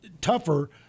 tougher